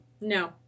No